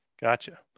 Gotcha